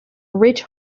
rich